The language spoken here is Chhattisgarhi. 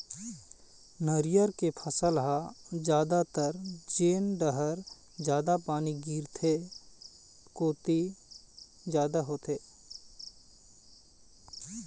नरियर के फसल ह जादातर जेन डहर जादा पानी गिरथे तेन कोती जादा होथे